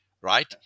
right